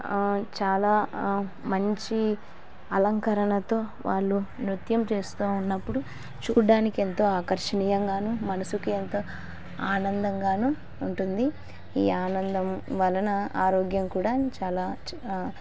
చాలా మంచి అలంకరణతో వాళ్ళు నృత్యం చేస్తు ఉన్నప్పుడు చూడడానికి ఎంతో ఆకర్షణీయంగా మనసుకి ఎంతో ఆనందంగా ఉంటుంది ఈ ఆనందం వలన ఆరోగ్యం కూడా చాలా